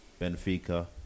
Benfica